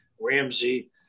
Ramsey